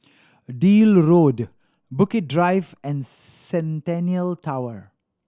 Deal Road Bukit Drive and Centennial Tower